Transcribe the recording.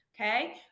Okay